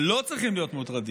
אבל לא צריכים להיות מוטרדים,